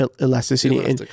elasticity